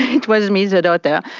it was me the daughter.